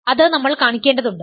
അത് നമ്മൾ കാണിക്കേണ്ടതുണ്ട്